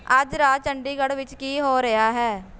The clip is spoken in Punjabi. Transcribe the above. ਅੱਜ ਰਾਤ ਚੰਡੀਗੜ੍ਹ ਵਿੱਚ ਕੀ ਹੋ ਰਿਹਾ ਹੈ